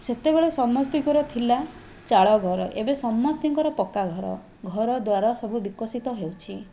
ସେତେବେଳେ ସମସ୍ତଙ୍କର ଥିଲା ଚାଳଘର ଏବେ ସମସ୍ତଙ୍କର ପକ୍କାଘର ଘରଦ୍ୱାର ସବୁ ବିକଶିତ ହେଉଛି